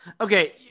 Okay